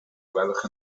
gwelwch